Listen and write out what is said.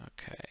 Okay